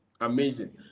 amazing